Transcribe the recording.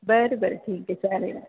बरं बरं ठीक आहे चालेल